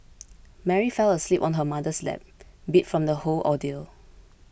Mary fell asleep on her mother's lap beat from the whole ordeal